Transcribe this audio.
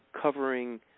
covering